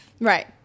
Right